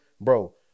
bro